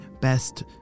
best